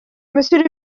monsieur